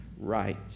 right